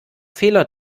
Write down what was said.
fehler